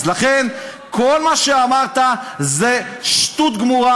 לכן, כל מה שאמרת זה שטות גמורה.